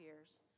years